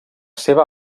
seva